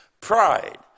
Pride